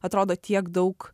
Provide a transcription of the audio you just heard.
atrodo tiek daug